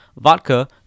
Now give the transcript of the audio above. vodka